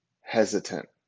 hesitant